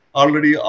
already